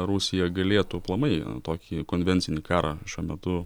rusija galėtų aplamai tokį konvencinį karą šiuo metu